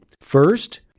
First